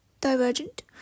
Divergent